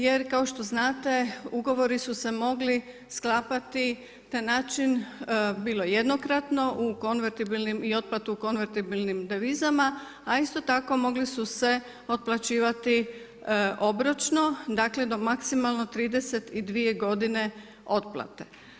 Jer kao što znate ugovori su se mogli sklapati na način bilo jednokratno u konvertibilnim i otplatu u konvertibilnim devizama, a isto tako mogli su se otplaćivati obročno, dakle do maksimalno 32 godine otplate.